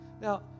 Now